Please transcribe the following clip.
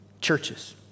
churches